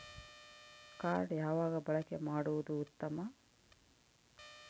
Card ಯಾವಾಗ ಬಳಕೆ ಮಾಡುವುದು ಉತ್ತಮ?